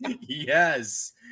Yes